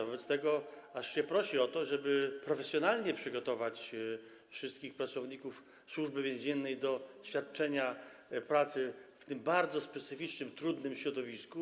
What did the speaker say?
Wobec tego aż się prosi o to, żeby profesjonalnie przygotować wszystkich pracowników Służby Więziennej do świadczenia pracy w tym bardzo specyficznym, trudnym środowisku.